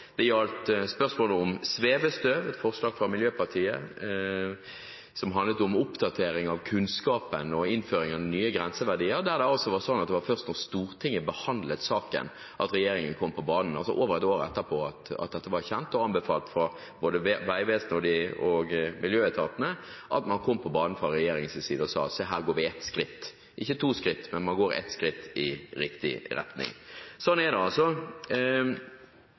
Det gjaldt spørsmålet om svevestøv, et forslag fra Miljøpartiet De Grønne som handlet om oppdatering av kunnskapen og innføringen av nye grenseverdier. Der var det slik at det var først da Stortinget behandlet saken, over ett år etter at dette ble kjent og anbefalt av både Vegvesenet og miljøetatene, at man kom på banen fra regjeringens side og sa at se her går vi ett skritt – ikke to skritt, men man går ett skritt i riktig retning. Slik er det altså.